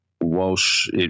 Walsh